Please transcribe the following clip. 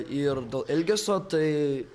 ir dėl elgesio tai